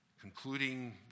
Concluding